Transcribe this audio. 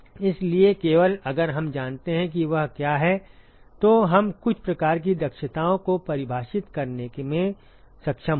इसलिए केवल अगर हम जानते हैं कि वह क्या है तो हम कुछ प्रकार की दक्षताओं को परिभाषित करने में सक्षम होंगे